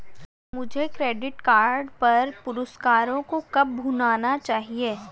मुझे credit card पर पुरस्कारों को कब भुनाना चाहिए?